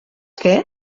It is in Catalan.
què